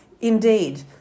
indeed